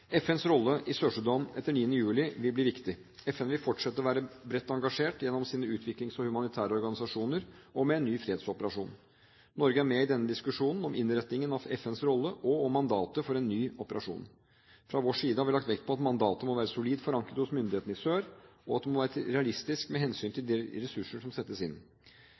FNs rolle i Sør-Sudan etter 9. juli vil bli viktig. FN vil fortsette å være bredt engasjert gjennom sine utviklingsorganisasjoner og humanitære organisasjoner og med en ny fredsoperasjon. Norge er med i denne diskusjonen om innretningen av FNs rolle og om mandatet for en ny operasjon. Fra vår side har vi lagt vekt på at mandatet må være solid forankret hos myndighetene i sør, og at det må være realistisk med hensyn til de ressurser som settes inn.